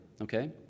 okay